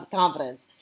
confidence